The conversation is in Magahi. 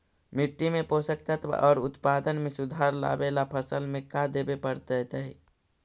मिट्टी के पोषक तत्त्व और उत्पादन में सुधार लावे ला फसल में का देबे पड़तै तै?